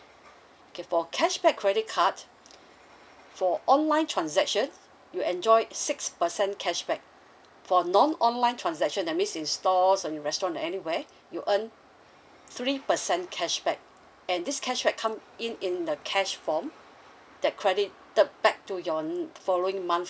okay for cashback credit card for online transaction you enjoy six percent cashback for non online transaction that means in stores or in restaurant anywhere you earn three percent cashback and this cashback come in in a cash form that credited back to your mm following month